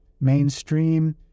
mainstream